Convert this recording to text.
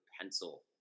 pencil